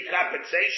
compensation